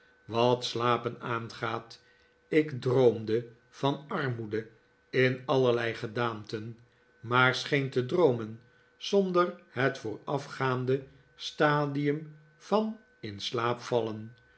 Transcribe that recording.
wat slapen aangaat ik droomde van armoede in allerlei gedaanten maar scheen te droomen zonder het voorafgaande stadium van in slaap vallen